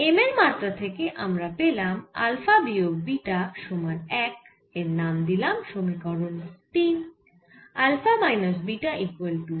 M এর মাত্রা থেকে আমরা পেলাম আলফা বিয়োগ বিটা সমান 1 এর নাম দিলাম সমীকরণ 3